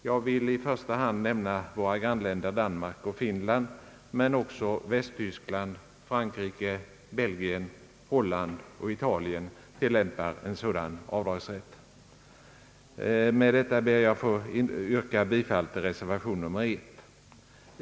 Jag vill i första hand nämna våra grannländer Danmark och Finland, men också Västtyskland, Frankrike, Belgien, Holland och Italien tilllämpar en sådan avdragsrätt. Med detta ber jag att få yrka bifall till reservation 1.